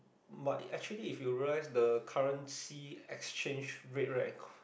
but actually if you realise the currency exchange rate right